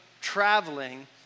traveling